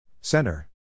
Center